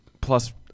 Plus